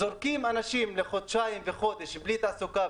זורקים אנשים לחודש וחודשיים בלי תעסוקה,